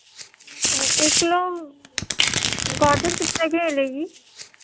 ایک کلو گاجر کتنے کی ملے گی